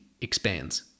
expands